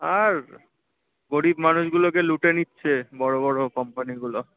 আর গরীব মানুষগুলোকে লুটে নিচ্ছে বড় বড় কোম্পানিগুলো